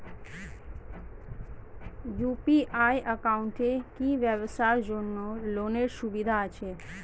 UPI একাউন্টে কি ব্যবসার জন্য লোনের সুবিধা আছে?